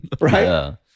Right